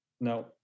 No